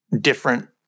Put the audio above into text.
different